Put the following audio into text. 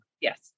Yes